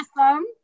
awesome